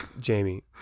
Jamie